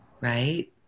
right